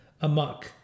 amok